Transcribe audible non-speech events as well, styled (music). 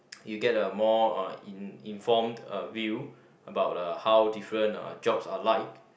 (noise) you get a more uh in~ informed uh view about uh the how different uh jobs are like